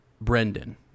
Brendan